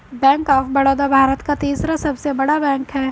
bank of Baroda Bharat का तीसरा सबसे बड़ा बैंक हैं